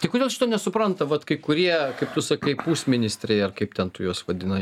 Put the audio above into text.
tai kodėl šito nesupranta vat kai kurie kaip tu sakai ministrai ar kaip ten tu juos vadinai